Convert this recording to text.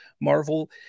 Marvel